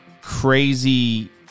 crazy